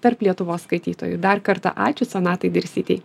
tarp lietuvos skaitytojų dar kartą ačiū sonatai dirsytei